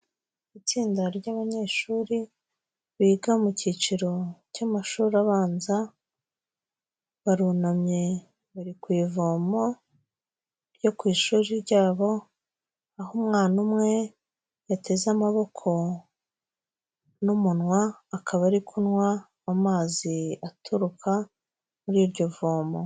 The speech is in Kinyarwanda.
Itsinda ry'abanyeshuri biga mu cyiciro cy'amashuri abanza, barunamye bari ku ivomo ryo ku ishuri ryabo, aho umwana umwe yateze amaboko n'umunwa, akaba ari kunywa amazi aturuka muri iryo vomo.